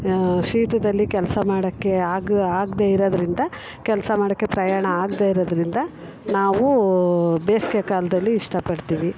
ಶೀತದಲ್ಲಿ ಕೆಲಸ ಮಾಡೋಕ್ಕೆ ಆಗಿ ಆಗದೇ ಇರೋದರಿಂದ ಕೆಲಸ ಮಾಡೋಕ್ಕೆ ಪ್ರಯಾಣ ಆಗದೇ ಇರೋದರಿಂದ ನಾವೂ ಬೇಸ್ಗೆ ಕಾಲದಲ್ಲಿ ಇಷ್ಟಪಡ್ತೀವಿ